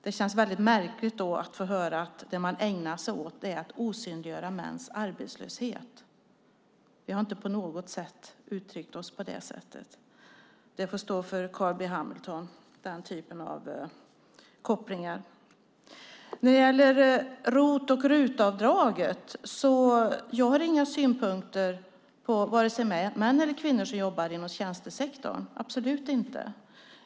Det känns därför märkligt att få höra att vi ägnar oss åt att osynliggöra mäns arbetslöshet. Vi har inte på något sätt uttryckt oss så. Den typen av kopplingar får stå för Carl B Hamilton. När det gäller ROT och RUT-avdragen har jag inga synpunkter på vare sig män eller kvinnor som jobbar inom tjänstesektorn, absolut inte.